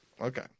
Okay